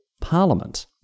Parliament